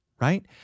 right